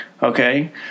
Okay